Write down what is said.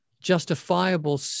justifiable